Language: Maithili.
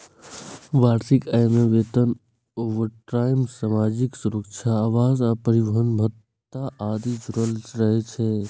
वार्षिक आय मे वेतन, ओवरटाइम, सामाजिक सुरक्षा, आवास आ परिवहन भत्ता आदि जुड़ल रहै छै